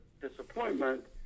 disappointment